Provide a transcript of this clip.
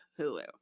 Hulu